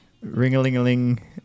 ring-a-ling-a-ling